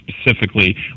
specifically